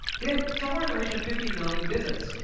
they had somewhere in the region of fifty million visits.